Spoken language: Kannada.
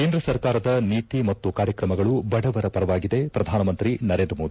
ಕೇಂದ್ರ ಸರ್ಕಾರದ ನೀತಿ ಮತ್ತು ಕಾರ್ಯಕ್ರಮಗಳು ಬಡವರ ಪರವಾಗಿದೆ ಪ್ರಧಾನಮಂತ್ರಿ ನರೇಂದ್ರ ಮೋದಿ